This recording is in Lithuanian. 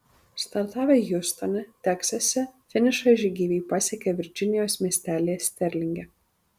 startavę hjustone teksase finišą žygeiviai pasiekė virdžinijos miestelyje sterlinge